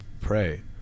pray